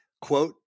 quote